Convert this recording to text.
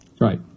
Right